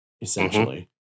Essentially